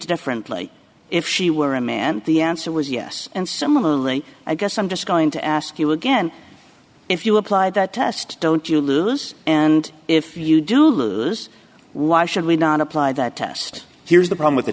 differently if she were a man the answer was yes and similarly i guess i'm just going to ask you again if you applied that test don't you lose and if you do lose why should we not apply that test here's the problem with the